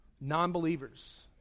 non-believers